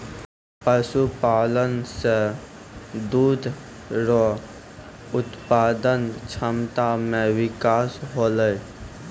पशुपालन से दुध रो उत्पादन क्षमता मे बिकास होलै